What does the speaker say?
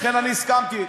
לכן הסכמתי.